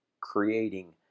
creating